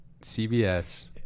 CBS